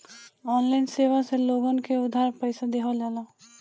online सेवा से लोगन के उधार पईसा देहल जाला